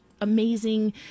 amazing